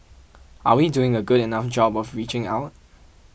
are we doing a good enough job of reaching out